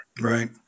Right